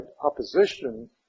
opposition